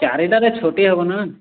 ଚାରିଟାରେ ଛୁଟି ହେବ ନା